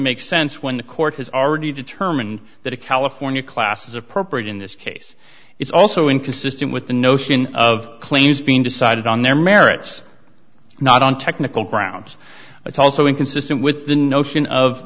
make sense when the court has already determined that a california class is appropriate in this case it's also inconsistent with the notion of claims being decided on their merits not on technical grounds it's also inconsistent with the notion of